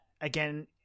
again